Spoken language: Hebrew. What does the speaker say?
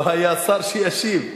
לא היה שר שישיב.